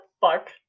fuck